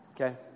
Okay